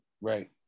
Right